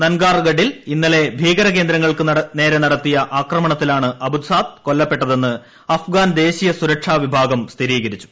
നൻഗാർ ഗഡിൽ ഇന്നലെ ഭീകര കേന്ദ്ര ങ്ങൾക്കുനേരെ നടത്തിയ ആക്രമണത്തിലാണ് അബുസാദ് കൊല്ലപ്പെട്ട തെന്ന് അഫ്ഗാൻ ദേശീയ സുരക്ഷാ വിഭാഗം സ്ഥിരീകരിച്ചു